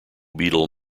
beetle